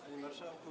Panie Marszałku!